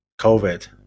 COVID